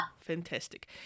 Fantastic